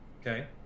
Okay